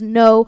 no